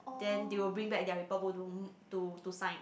then they will bring back their report book to to to sign